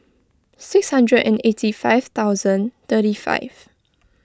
six hundred and eight five thousand thirty five